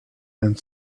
and